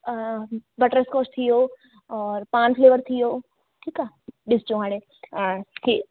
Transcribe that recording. butter scotch थी वियो और पान फ्लेवर थी वियो ठीकु आहे ॾिसजो हाणे हा ठीकु